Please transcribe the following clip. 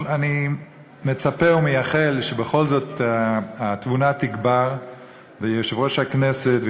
אבל אני מצפה ומייחל שבכל זאת התבונה תגבר ויושב-ראש הכנסת,